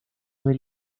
del